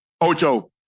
Ocho